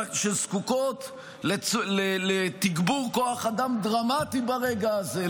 שזקוקות לתגבור כוח אדם דרמטי ברגע הזה,